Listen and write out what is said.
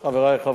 מאת חבר הכנסת